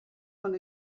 von